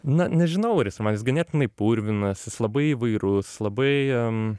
na nežinau ar jis man jis ganėtinai purvinas jis labai įvairus labai